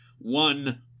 one